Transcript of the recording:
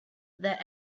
that